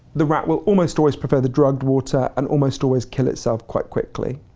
the rat will almost always prefer the drug water and almost always kill itself quite quickly.